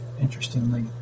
interestingly